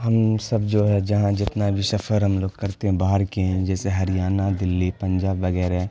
ہم سب جو ہے جہاں جتنا بھی سفر ہم لوگ کرتے ہیں باہر کے جیسے ہریانہ دلی پنجاب وغیرہ